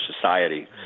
society